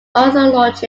ornithologist